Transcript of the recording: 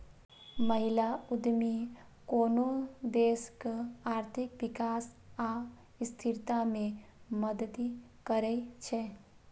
महिला उद्यमी कोनो देशक आर्थिक विकास आ स्थिरता मे मदति करै छै